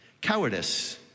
cowardice